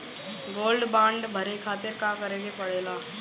Gold bond भरे खातिर का करेके पड़ेला?